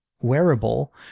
wearable